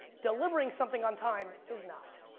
delivering something on time is not.